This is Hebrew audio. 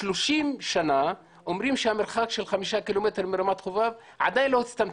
30 שנה אומרים שהמרחק של חמישה קילומטר מרמת חובב עדיין לא הצטמצם.